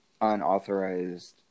unauthorized